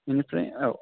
बिनिफ्राय औ